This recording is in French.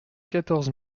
quatorze